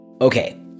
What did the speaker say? Okay